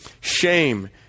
shame